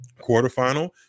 quarterfinal